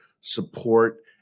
support